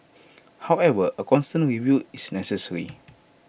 however A constant review is necessary